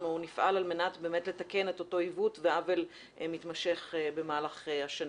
אנחנו נפעל על מנת באמת לתקן את אותו עיוות ועוול מתמשך במהלך השנים.